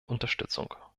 unterstützung